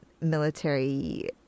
military